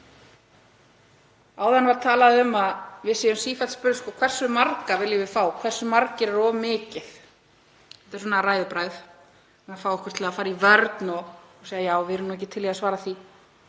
Áðan var talað um að við séum sífellt spurð um hversu marga við viljum fá, hversu margir séu of mikið, sem er svona ræðubragð til að fá okkur til að fara í vörn og segja að við séum ekki tilbúin að svara því.